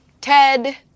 ted